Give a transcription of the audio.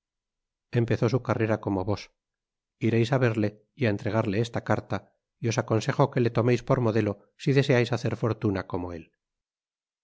empezó su carrera como vos iréis á verle y á entregarle esta carta y os aconsejo que le tomeis por modelo si deseais hacer fortuna como él